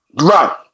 right